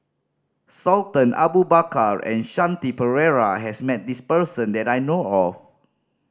Sultan Abu Bakar and Shanti Pereira has met this person that I know of